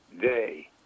day